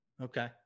Okay